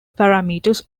parameters